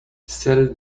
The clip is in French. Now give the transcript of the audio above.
celle